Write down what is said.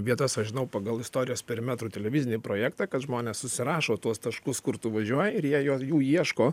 vietas aš žinau pagal istorijos perimetrų televizinį projektą kad žmonės susirašo tuos taškus kur tu važiuoji ir jie jų ieško